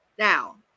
Now